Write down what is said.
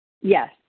Yes